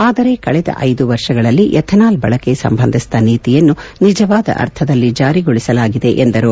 ಆದರೆ ಕಳೆದ ಐದು ವರ್ಷಗಳಲ್ಲಿ ಎಥನಾಲ್ ಬಳಕೆ ಸಂಬಂಧಿಸಿದ ನೀತಿಯನ್ನು ನಿಜವಾದ ಅರ್ಥದಲ್ಲಿ ಜಾರಿಗೊಳಿಸಲಾಗಿದೆ ಎಂದರು